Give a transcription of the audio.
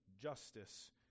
justice